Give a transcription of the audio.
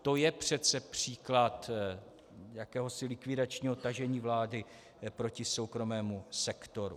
To je přece příklad jakéhosi likvidačního tažení vlády proti soukromému sektoru.